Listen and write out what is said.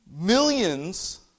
millions